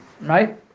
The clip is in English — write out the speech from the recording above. Right